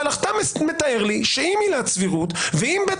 אבל אתה מתאר לי שעם עילת סבירות ועם בית